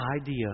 idea